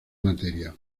materia